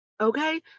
Okay